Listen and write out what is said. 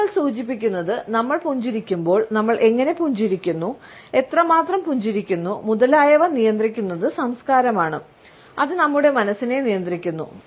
തെളിവുകൾ സൂചിപ്പിക്കുന്നത് നമ്മൾ പുഞ്ചിരിക്കുമ്പോൾ നമ്മൾ എങ്ങനെ പുഞ്ചിരിക്കുന്നു എത്രമാത്രം പുഞ്ചിരിക്കുന്നു മുതലായവ നിയന്ത്രിക്കുന്നത് സംസ്കാരമാണ് അത് നമ്മുടെ മനസ്സിനെ നിയന്ത്രിക്കുന്നു